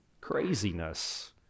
Craziness